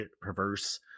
perverse